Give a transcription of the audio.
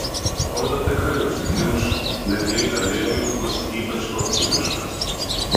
oda tikrai užsikimš net jei aliejus bus ypač kokybiškas